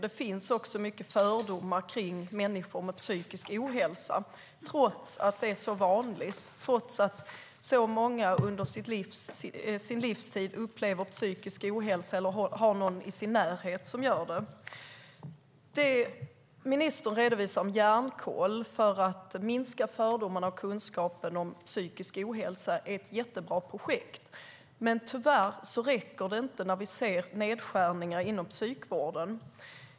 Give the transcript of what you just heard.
Det finns också många fördomar kring människor med psykisk ohälsa, trots att det är vanligt och trots att många under sin livstid upplever psykisk ohälsa eller har någon i sin närhet som gör det. Ministern berättade om Hjärnkoll, som arbetar för att minska fördomarna och öka kunskapen om psykisk ohälsa. Det är ett jättebra projekt, men tyvärr räcker det inte när vi ser nedskärningar inom psykvården.